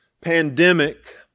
pandemic